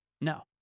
No